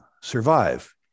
survive